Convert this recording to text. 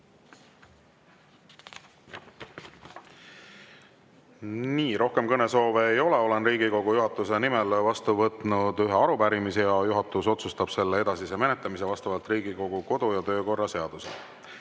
Rohkem kõnesoove ei ole. Olen Riigikogu juhatuse nimel vastu võtnud ühe arupärimise ning juhatus otsustab selle edasise menetlemise vastavalt Riigikogu kodu- ja töökorra seadusele.